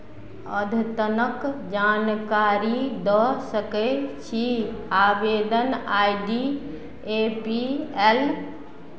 अद्यतनक जानकारी दऽ सकैत छी आवेदन I D A P L